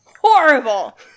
Horrible